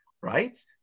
Right